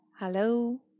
Hello